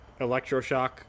electroshock